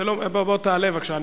בוא תעלה בבקשה,